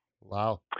Wow